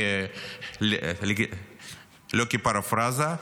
לא כפרפרזה,